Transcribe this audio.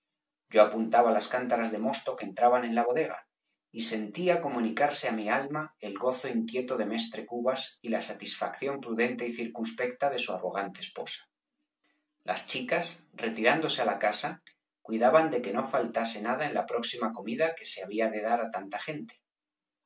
yo apuntaba las cántaras de mosto que entraban en la bodega y sentía comunicarse á mi alma el gozo inquieto de mestre cubas y la satisfacción prudente y circunspecta de su arrogante esposa las chicas retirándose a la casa cuidaban de que no faltase nada en la próxima comida que se había de dar á tanta gente